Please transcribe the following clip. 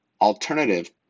alternative